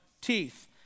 teeth